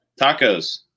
Tacos